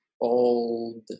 old